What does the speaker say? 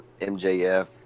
mjf